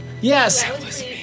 Yes